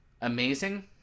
amazing